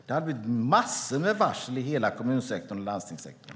Det hade blivit massor av varsel i hela kommunsektorn och i hela landstingssektorn.